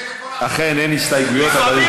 אדוני.